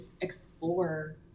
explore